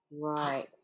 right